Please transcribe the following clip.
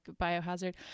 biohazard